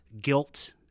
guilt